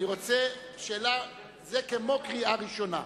זה כמו קריאה ראשונה.